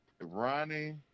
Ronnie